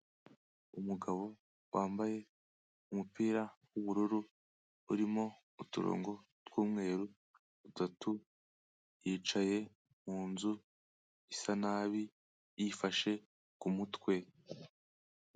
Umugabo wambaye umupira w'ubururu urimo uturongo tw'umweru dutatu, yicaye mu nzu isa nabi yifashe ku mutwe.